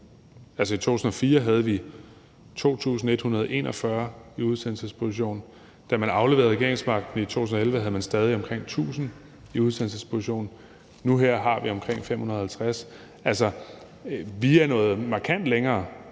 Altså, i 2004 havde vi 2.141 i udsendelsesposition, og da man afleverede regeringsmagten i 2011, havde man stadig omkring 1.000 i udsendelsesposition. Nu her har vi omkring 550. Vi er nået markant længere